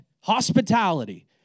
hospitality